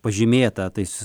pažymėta tais